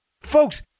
Folks